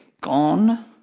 gone